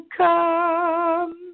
come